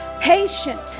patient